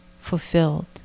fulfilled